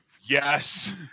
Yes